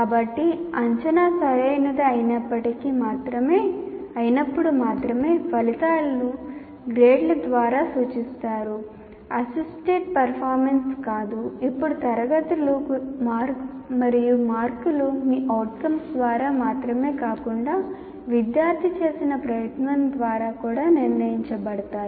కాబట్టి అంచనా సరైనది అయినప్పుడు మాత్రమే ఫలితాలను గ్రేడ్ల ద్వారా సూచిస్తారు assisted performance కాదు ఇప్పుడు తరగతులు మరియు మార్కులు మీ OUTCOMES ద్వారా మాత్రమే కాకుండా విద్యార్థి చేసిన ప్రయత్నం ద్వారా కూడా నిర్ణయించబడతాయి